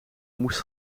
moest